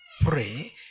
pray